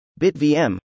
BitVM